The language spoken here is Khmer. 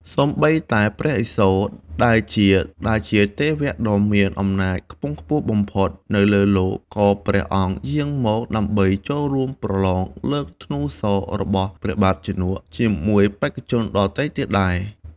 សូម្បីតែព្រះឥសូរ ដែលជាទេវដ៏មានអំណាចខ្ពង់ខ្ពស់បំផុតនៅលើលោក ក៏ព្រះអង្គយាងមក ដើម្បីចូលរួមប្រឡងលើកធ្នូសររបស់ព្រះបាទជនក ជាមួយបេក្ខជនដទៃទៀតផងដែរ។